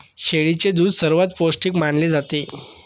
शेळीचे दूध सर्वात पौष्टिक मानले जाते